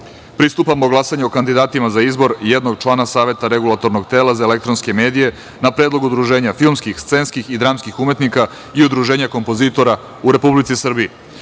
liste. Pristupamo glasanju o kandidatima za izbor jednog člana Saveta regulatornog tela za elektronske medije na predlog Udruženja filmskih, scenskih i dramskih umetnika i Udruženja kompozitora u Republici